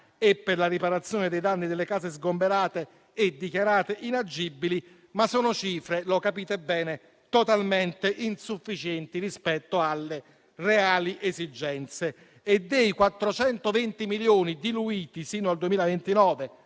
e per la riparazione dei danni delle case sgomberate e dichiarate inagibili. Sono cifre, però, lo capite bene, totalmente insufficienti rispetto alle reali esigenze. Dei 420 milioni diluiti sino al 2029,